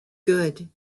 good